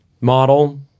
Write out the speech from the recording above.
model